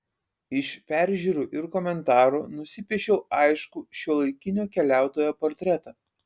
iš peržiūrų ir komentarų nusipiešiau aiškų šiuolaikinio keliautojo portretą